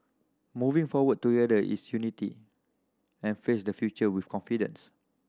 moving forward together is unity and face the future with confidence